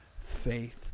faith